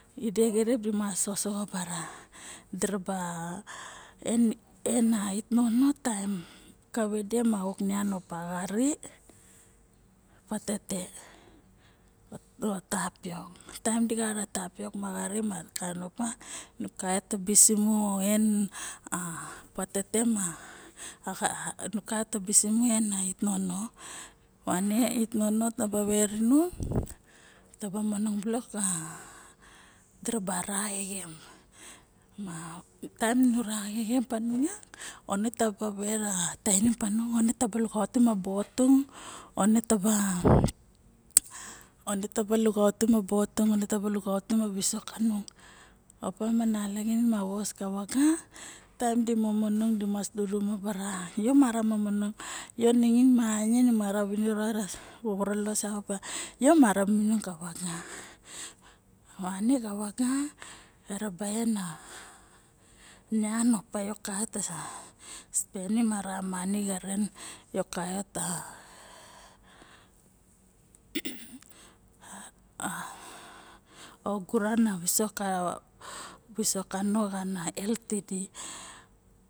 Ide xirip di masa oso xa bara diraba en ait nono taim kave de ma lik nian opa xari ma patete o a tapiok taem di gat a tapiok ma xuri ma kaen opa kavot ta bisi mu en a patete ma xari ma en a it nono movane it nono taba verynung taba very nung diraba ra exem ma taem nu ra exem panung yak vone taba vet tainim panung vone taba lukutim a bo tung one taba vonetaba visok kanang opa ma naiaxin ma vos ka vaga taem di momonong di mas doxoma bara yo mara momonong yo ningin mara viniro lolos opa yo mara momonong ka vaga vone ka vaga era baen a nian op yo kavot spenim a ra many xaren ta oguran a visok kano ka health tidi